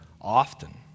often